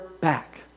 back